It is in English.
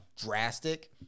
drastic